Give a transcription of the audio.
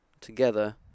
together